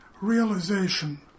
realization